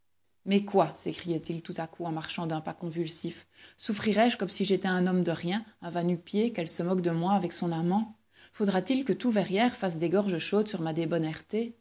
mais quoi s'écriait-il tout à coup en marchant d'un pas convulsif souffrirai je comme si j'étais un homme de rien un va-nu-pieds quelle se moque de moi avec son amant faudra-t-il que tout verrières fasse des gorges chaudes sur ma